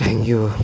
thank you